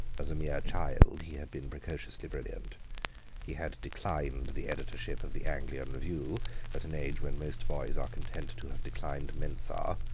as a mere child he had been precociously brilliant he had declined the editorship of the anglian review at an age when most boys are content to have declined mensa,